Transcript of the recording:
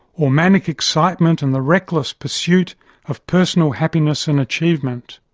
or manic excitement and the reckless pursuit of personal happiness and achievement.